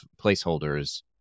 placeholders